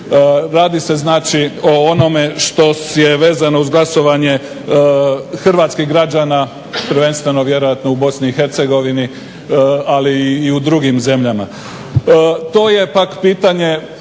Radi se znači o onome što je vezano uz glasovanje hrvatskih građana prvenstveno vjerojatno u Bosni i Hercegovini, ali i u drugim zemljama. To je pak pitanje